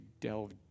delve